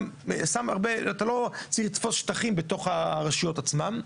ואתה לא צריך לתפוס שטחים בתוך הרשויות עצמן.